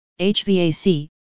HVAC